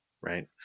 right